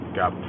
got